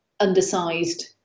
undersized